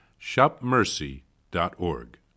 shopmercy.org